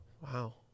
Wow